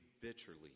bitterly